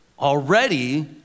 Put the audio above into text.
already